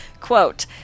Quote